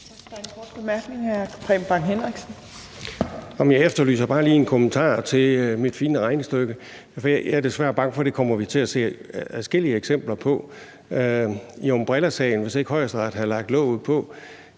Jeg efterlyser bare lige en kommentar til mit fine regnestykke, for jeg er desværre bange for, at vi kommer til at se adskillige eksempler på det. Hvis ikke Højesteret havde lagt låget på